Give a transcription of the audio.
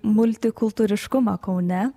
multikultūriškumą kaune